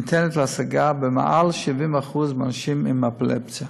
ניתנת להשגה ליותר מ-70% מהאנשים עם אפילפסיה.